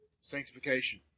Sanctification